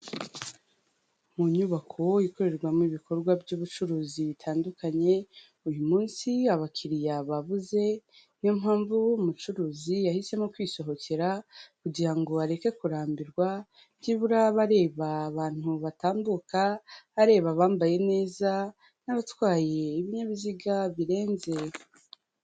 Mu nyubako ikorerwamo ibikorwa by'ubucuruzi bitandukanye, uyu munsi abakiriya babuze, niyo mpamvu umucuruzi yahisemo kwisohokera kugira ngo areke kurambirwa, byibura abe areba abantu batambuka, areba abambaye neza n'abatwaye ibinyabiziga birenze.